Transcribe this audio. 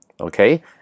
Okay